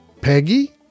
peggy